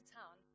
town